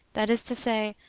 that is to say,